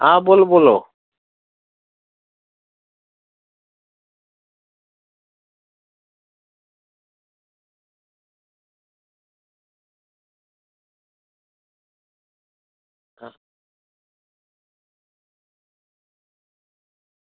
હા બોલો બોલો